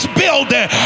building